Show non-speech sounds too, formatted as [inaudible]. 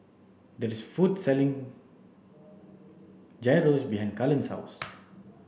there is a food selling Gyros behind Cullen's house [noise]